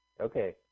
Okay